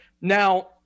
Now